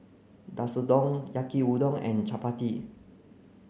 Katsudon Yaki Udon and Chapati